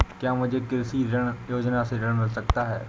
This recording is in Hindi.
क्या मुझे कृषि ऋण योजना से ऋण मिल सकता है?